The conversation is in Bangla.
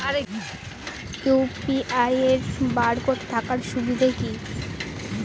ইউ.পি.আই এর বারকোড থাকার সুবিধে কি?